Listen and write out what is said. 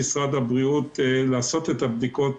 כי הם אפילו לא יכולים להגיע למשל למיונים הפסיכיאטריים או